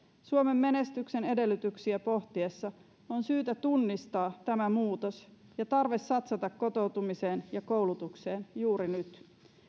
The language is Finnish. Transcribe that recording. suomen menestyksen edellytyksiä pohtiessa on syytä tunnistaa tämä muutos ja tarve satsata kotoutumiseen ja koulutukseen juuri nyt